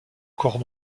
corps